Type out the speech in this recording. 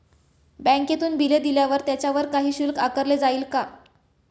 बँकेतून बिले दिल्यावर त्याच्यावर काही शुल्क आकारले जाईल का?